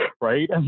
Right